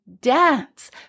dance